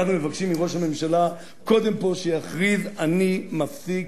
אנחנו מבקשים מראש הממשלה קודם כול שיכריז: אני מפסיק